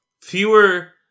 Fewer